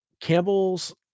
Campbell's